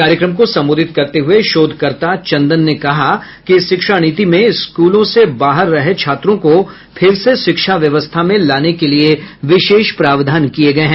कार्यक्रम को संबोधित करते हुये शोधकर्ता चंदन ने कहा कि इस शिक्षा नीति में स्कूलों से बाहर रहे छात्रों को फिर से शिक्षा व्यवस्था में लाने के लिए विशेष प्रावधान किये गये हैं